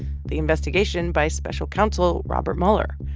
the investigation by special counsel robert mueller.